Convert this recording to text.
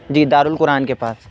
جی دار القرآن کے پاس